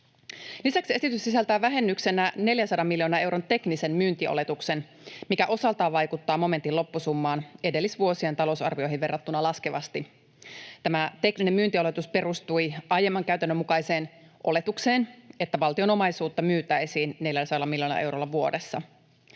Lisäksi esitys sisältää vähennyksenä 400 miljoonan euron teknisen myyntioletuksen, mikä osaltaan vaikuttaa momentin loppusummaan edellisvuosien talousarvioihin verrattuna laskevasti. Tämä tekninen myyntioletus perustui aiemman käytännön mukaiseen oletukseen, että valtion omaisuutta myytäisiin 400 miljoonan eurolla vuodessa.